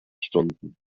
stunden